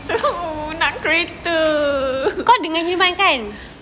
betul nak kereta